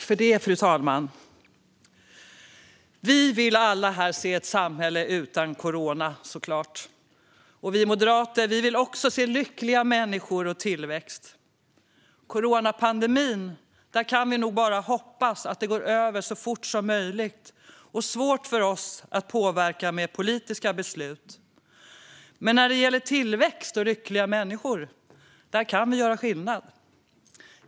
Fru talman! Vi vill alla här såklart se ett samhälle utan corona. Vi moderater vill också se lyckliga människor och tillväxt. Vi kan bara hoppas att coronapandemin går över så fort som möjligt. Det är svårt för oss att påverka den med politiska beslut. Men när det gäller tillväxt och lyckliga människor kan vi göra skillnad.